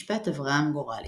משפט אברהם גורלי